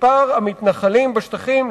מספר המתנחלים בשטחים,